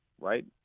right